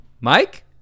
Mike